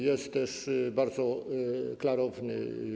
Jest też bardzo klarowny.